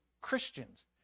Christians